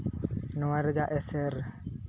ᱱᱚᱣᱟ ᱨᱮᱭᱟᱜ ᱮᱸᱥᱮᱨ